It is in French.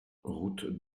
route